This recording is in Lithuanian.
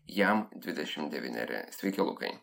jam dvidešimt devyneri sveiki lukai